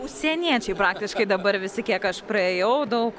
užsieniečiai praktiškai dabar visi kiek aš praėjau daug